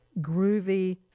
groovy